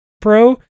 Pro